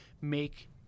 make